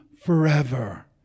forever